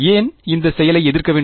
ஏன் இந்த செயலை எதிர்க்க வேண்டும்